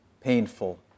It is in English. painful